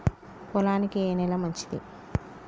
పొలానికి ఏ నేల మంచిది?